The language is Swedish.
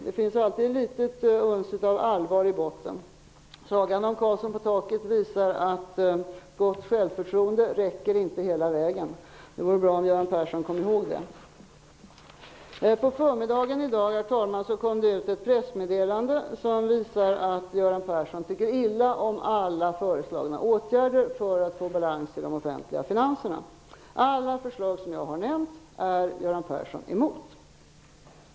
Det finns alltid ett litet uns av allvar i botten. Sagan om Karlsson på taket visar att gott självförtroende inte räcker hela vägen. Jag undrar om Göran Persson kommer ihåg det. På förmiddagen i dag kom ett pressmeddelande som visar att Göran Persson tycker illa om alla föreslagna åtgärder för att få balans i de offentliga finanserna. Alla förslag som jag har nämnt är Göran Persson emot.